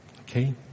Okay